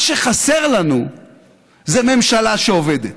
מה שחסר לנו זה ממשלה שעובדת.